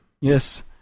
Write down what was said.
yes